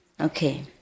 Okay